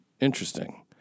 Interesting